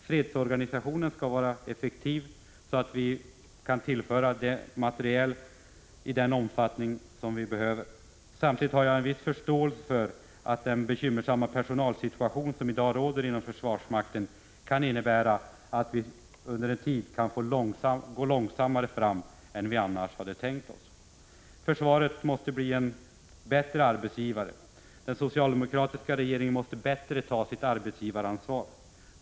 Fredsorganisationen skall vara effektiv, så att vi kan tillföra materiel i den omfattning som behövs. Samtidigt har jag en viss förståelse för att den bekymmersamma personalsituation som i dag råder inom försvarsmakten kan innebära att vi under en tid kan få gå långsammare fram än vi tänkt oss. Försvaret måste bli en bättre arbetsgivare. Den socialdemokratiska regeringen måste bättre ta sitt arbetsgivaransvar.